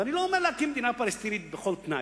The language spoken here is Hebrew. ואני לא אומר להקים מדינה פלסטינית בכל תנאי,